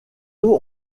eaux